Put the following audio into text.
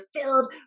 filled